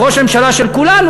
הוא ראש ממשלה של כולנו,